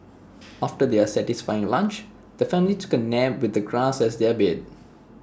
after their satisfying lunch the family took A nap with the grass as their bed